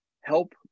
help